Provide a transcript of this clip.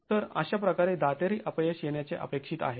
तर अशाप्रकारे दातेरी अपयश येण्याचे अपेक्षित आहे